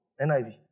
NIV